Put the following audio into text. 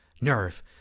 nerve